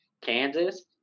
Kansas